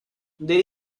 there